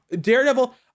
Daredevil